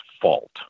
fault